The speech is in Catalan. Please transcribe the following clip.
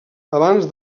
abans